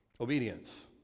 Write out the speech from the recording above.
obedience